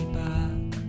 back